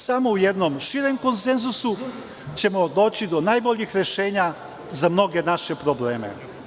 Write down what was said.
Samo u jednom širem konsenzusu ćemo doći do najboljih rešenja za mnoge naše probleme.